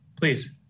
Please